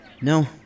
No